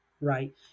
right